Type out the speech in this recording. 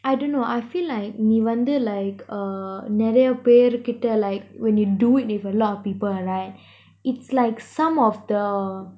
I dunno I feel like நீ வந்து:nee vanthu like uh நெறய பெரு கிட்ட:neraya peru kita like when you do it with a lot of people right it's like some of the